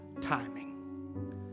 timing